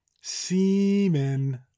semen